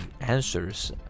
answers